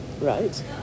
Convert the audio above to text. Right